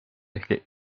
ehk